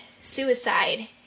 suicide